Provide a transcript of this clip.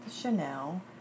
Chanel